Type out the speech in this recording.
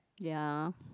ya